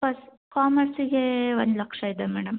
but ಕಾಮಾರ್ಸಿಗೆ ಒಂದು ಲಕ್ಷ ಇದೆ ಮೇಡಮ್